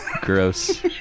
Gross